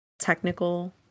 technical